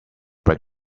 break